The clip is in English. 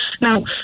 Now